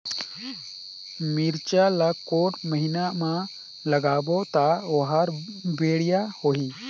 मिरचा ला कोन महीना मा लगाबो ता ओहार बेडिया होही?